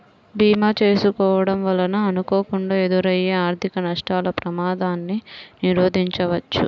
భీమా చేసుకోడం వలన అనుకోకుండా ఎదురయ్యే ఆర్థిక నష్టాల ప్రమాదాన్ని నిరోధించవచ్చు